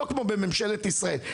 לא כמו בממשלת ישראל,